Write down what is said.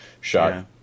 shot